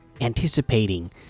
anticipating